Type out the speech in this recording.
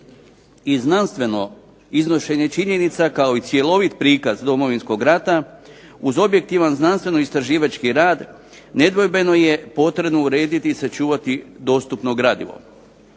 i znanstveno iznošenje činjenica kao i cjelovit prikaz Domovinskog rata uz objektivan znanstveno-istraživački rad nedvojbeno je potrebno urediti i sačuvati dostupno gradivo.